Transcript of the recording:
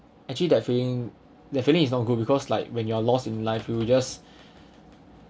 actually that feeling definitely it's not good because like when you're lost in life you will just